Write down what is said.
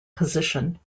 position